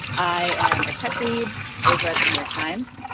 i am a tech lead over at the new york times.